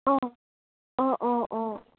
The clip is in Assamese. অ অ অ অ